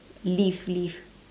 leaf leaf